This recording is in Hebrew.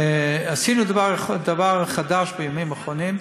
עשינו דבר חדש בימים האחרונים,